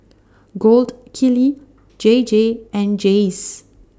Gold Kili J J and Jays